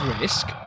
risk